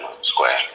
Square